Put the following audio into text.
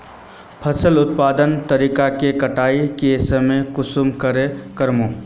फसल उत्पादन तकनीक के कटाई के समय कुंसम करे करूम?